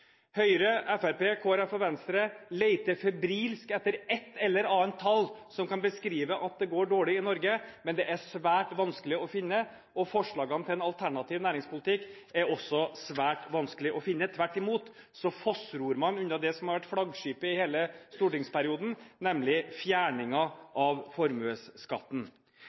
Høyre, Fremskrittspartiet, Kristelig Folkeparti og Venstre leter febrilsk etter et eller annet tall som kan beskrive at det går dårlig i Norge. Men det er svært vanskelig å finne, og forslagene til en alternativ næringspolitikk er også svært vanskelig å finne. Tvert imot fossror man unna det som har vært flaggskipet i hele stortingsperioden, nemlig fjerningen av formuesskatten.